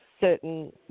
certain